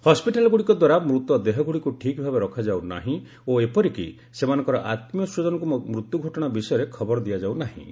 ହସ୍କିଟାଲଗୁଡ଼ିକ ଦ୍ୱାରା ମୃତ ଦେହଗୁଡ଼ିକୁ ଠିକ୍ ଭାବେ ରଖାଯାଉ ନାହିଁ ଓ ଏପରିକି ସେମାନଙ୍କର ଆତ୍କୀୟସ୍ୱଜନଙ୍କୁ ମୃତ୍ୟୁ ଘଟଣା ବିଷୟରେ ଖବର ଦିଆଯାଉ ନାହିଁ